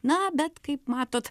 na bet kaip matot